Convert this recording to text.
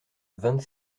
vingt